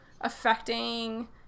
affecting